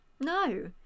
No